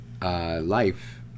life